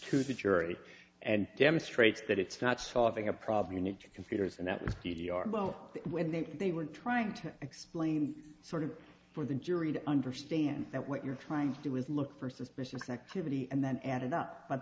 to the jury and demonstrates that it's not solving a problem you need to computers and that c d r though they were trying to explain sort of for the jury to understand what you're trying to do is look for suspicious activity and then added up but